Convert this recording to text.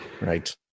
right